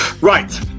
Right